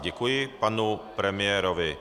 Děkuji panu premiérovi.